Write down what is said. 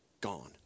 Gone